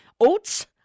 Oats